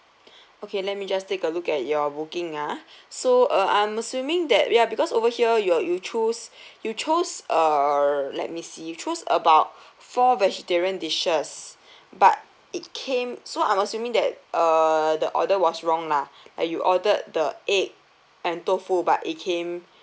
okay let me just take a look at your booking ah so uh I'm assuming that ya because over here you're you choose you chose err let me see you chose about four vegetarian dishes but it came so I'm assuming that err the order was wrong lah like you ordered the egg and tofu but it came